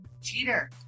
Cheater